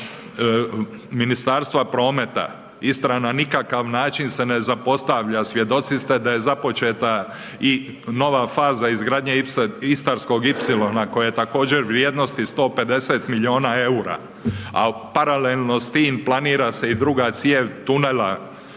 strane Ministarstva prometa. Istra na nikakav način se ne zapostavlja, svjedoci se da je započeta i nova faza izgradnje Istarskog ipsilona koja je također vrijednosti 150 milijuna EUR-a, a paralelno s tim planira se i druga cijev tunela